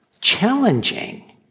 Challenging